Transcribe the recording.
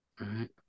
Right